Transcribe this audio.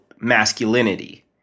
masculinity